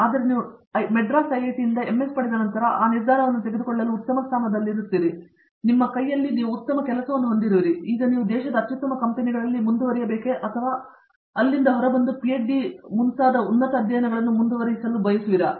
ಆದರೆ ನೀವು ಮದ್ರಾಸ್ ಐಐಟಿಯಿಂದ ಎಂಎಸ್ ಪಡೆದ ನಂತರ ಆ ನಿರ್ಧಾರವನ್ನು ತೆಗೆದುಕೊಳ್ಳಲು ನೀವು ಉತ್ತಮ ಸ್ಥಾನದಲ್ಲಿರುತ್ತೀರಿ ನಿಮ್ಮ ಕೈಯಲ್ಲಿ ನೀವು ಉತ್ತಮ ಕೆಲಸವನ್ನು ಹೊಂದಿರುವಿರಿ ಮತ್ತು ಈಗ ನೀವು ದೇಶದ ಅತ್ಯುತ್ತಮ ಕಂಪೆನಿಗಳಲ್ಲಿ ಮುಂದುವರೆಸಬೇಕೆ ಅಥವಾ ಅಲ್ಲಿಂದ ಹೋಗಿ ಪಿಹೆಚ್ಡಿ ಮುಂತಾದ ಉನ್ನತ ಅಧ್ಯಯನಗಳನ್ನು ಮುಂದುವರಿಸಲು ಬಯಸುವಿರಾ